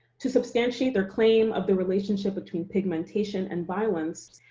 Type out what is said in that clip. to substantiate their claim of the relationship between pigmentation and violence,